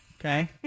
okay